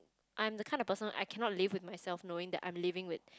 I'm the kind of person I cannot live with myself knowing that I'm living with